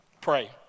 Pray